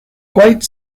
quite